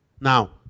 Now